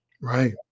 Right